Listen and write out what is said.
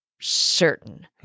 certain